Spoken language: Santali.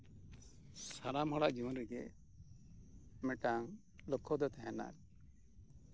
ᱥᱟᱱᱟᱢ ᱦᱚᱲᱟᱜ ᱡᱤᱭᱚᱱ ᱨᱮᱜᱮ ᱢᱤᱫᱴᱮᱱ ᱞᱚᱠᱠᱷᱚ ᱫᱚ ᱛᱟᱸᱦᱮᱱᱟ